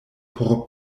por